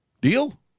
Deal